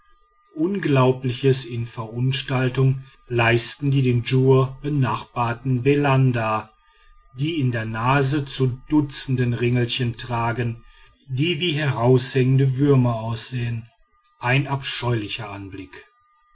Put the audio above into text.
unglaubliches in verunstaltung leisten die den djur benachbarten belanda die in der nase zu dutzenden ringelchen tragen die wie heraushängende würmer aussehen ein abscheulicher anblick